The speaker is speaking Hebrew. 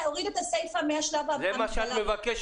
רק להוריד את הסיפה --- זה מה שאת מבקשת.